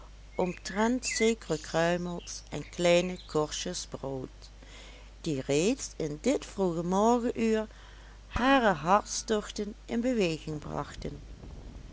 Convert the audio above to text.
omtrent zekere kruimels en kleine korstjes brood die reeds in dit vroege morgenuur hare hartstochten in beweging brachten